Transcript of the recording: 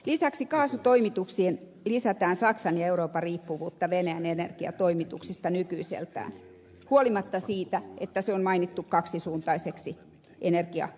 lisäksi kaasutoimituksin lisätään saksan ja euroopan riippuvuutta venäjän energiatoimituksista nykyisestään huolimatta siitä että projektia on markkinoitu kaksisuuntaisena energiaputkena